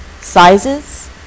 sizes